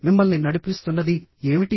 మిమ్మల్ని నడిపిస్తున్నది ఏమిటి